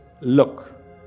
Look